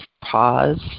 Pause